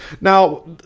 Now